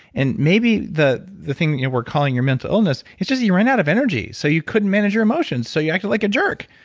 and maybe the the thing we're calling your mental illness, it's just you run out of energy so you couldn't manage your emotions, so you acted like a jerk.